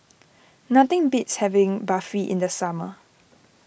nothing beats having Barfi in the summer